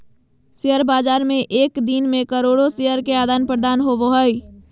share बाज़ार में एक दिन मे करोड़ो शेयर के आदान प्रदान होबो हइ